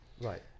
Right